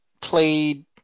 played